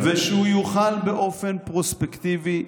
-- ושהוא יוחל באופן פרוספקטיבי,